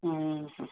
ಊಂ ಹ್ಞು